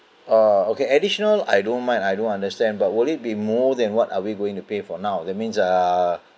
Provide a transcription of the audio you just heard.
uh okay additional I don't mind I don't understand but would it be more than what are we going to pay for now that means uh